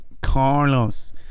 Carlos